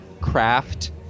craft